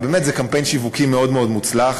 ובאמת זה קמפיין שיווקי מאוד מאוד מוצלח.